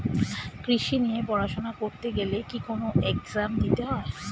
কৃষি নিয়ে পড়াশোনা করতে গেলে কি কোন এগজাম দিতে হয়?